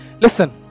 Listen